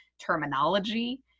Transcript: terminology